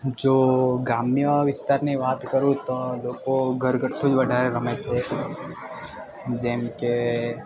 જો ગ્રામ્ય વિસ્તારની વાત કરું તો લોકો ઘરગથ્થું જ વધારે રમે છે જેમકે